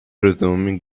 resume